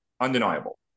undeniable